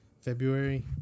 February